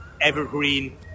evergreen